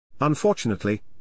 Unfortunately